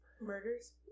Murders